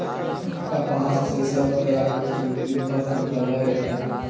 कपास से सब तरह के सूती वस्त्र बनय हय